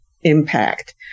impact